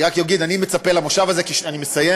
אני רק אגיד: אני מצפה לכנס הזה, אני מסיים,